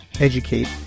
educate